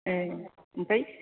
ए ओमफ्राय